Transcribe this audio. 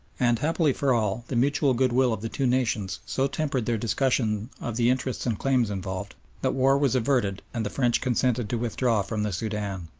and, happily for all, the mutual goodwill of the two nations so tempered their discussion of the interests and claims involved, that war was averted and the french consented to withdraw from the soudan.